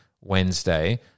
Wednesday